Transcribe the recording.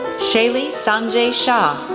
shaily sanjay shah,